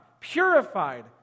purified